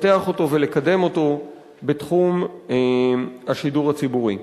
לפתח אותו ולקדם אותו בתחום השידור הציבורי.